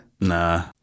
Nah